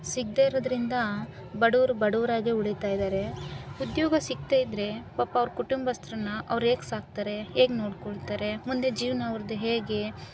ಸಿಗದೇ ಇರುದರಿಂದ ಬಡುವ್ರ್ ಬಡವ್ರಾಗೆ ಉಳಿತಾ ಇದಾರೆ ಉದ್ಯೋಗ ಸಿಕ್ಕದೆ ಇದ್ದರೆ ಪಾಪ ಅವ್ರ ಕುಟುಂಬಸ್ಥರನ್ನ ಅವ್ರು ಹೇಗ್ ಸಾಕ್ತಾರೆ ಹೇಗ್ ನೋಡಿಕೊಳ್ತಾರೆ ಮುಂದೆ ಜೀವನ ಅವ್ರದ್ದು ಹೇಗೆ